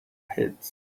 heads